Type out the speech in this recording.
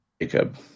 jacob